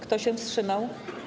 Kto się wstrzymał?